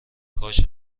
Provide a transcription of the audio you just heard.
کاش